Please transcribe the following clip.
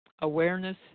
awareness